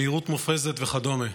מהירות מופרזת וכדומה.